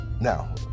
Now